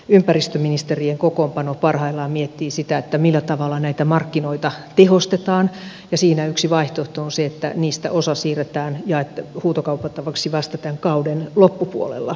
ympäristöministeriön kokoonpano parhaillaan miettii sitä millä tavalla näitä markkinoita tehostetaan ja siinä yksi vaihtoehto on se että niistä osa siirretään huutokaupattavaksi vasta tämän kauden loppupuolella